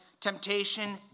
temptation